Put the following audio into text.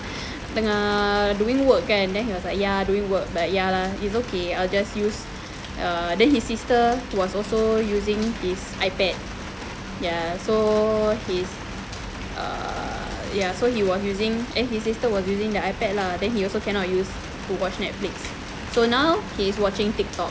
tengah doing work kan then was like ya doing work but ya lah it's okay I'll just use ah then his sister was also using his ipad ya so he was using and his sister was using the ipad lah then he also cannot use to watch netflix so now he's watching TikTok